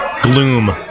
gloom